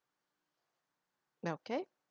now okay